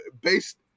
based